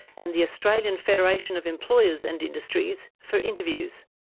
and the australian federation of employers and industries for interviews,